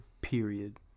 period